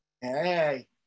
Hey